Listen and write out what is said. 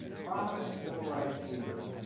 prominent civil rights leader,